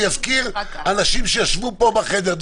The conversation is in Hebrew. אני אזכיר אנשים שישבו פה בחדר.